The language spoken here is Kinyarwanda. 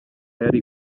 yari